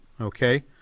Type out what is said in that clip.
Okay